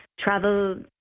travel